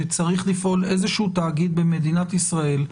שצריך לפעול איזשהו תאגיד במדינת ישראל,